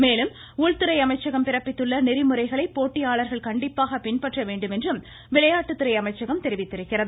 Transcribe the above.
மேலும் உள்துறை அமைச்சகம் பிறப்பித்துள்ள நெறிமுறைகளை போட்டியாளர்கள் கண்டிப்பாக பின்பற்ற வேண்டுமென்றும் விளையாட்டுத்துறை அமைச்சகம் தெரிவித்துள்ளது